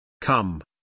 Come